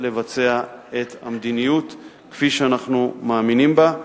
לבצע את המדיניות כפי שאנחנו מאמינים בה.